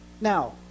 Now